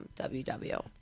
WW